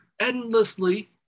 endlessly